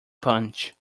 punch